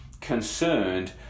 concerned